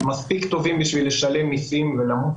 הם מספיק טובים בשביל לשלם מיסים ולמות